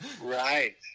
right